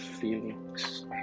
feelings